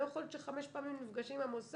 לא יכול להיות שחמש פעמים הם נפגשים עם המוסד.